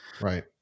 Right